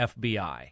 FBI